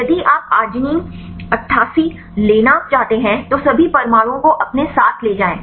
यदि आप आर्गिनीन 88 लेना चाहते हैं तो सभी परमाणुओं को अपने साथ ले जाएं